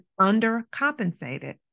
undercompensated